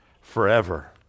forever